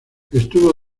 estuvo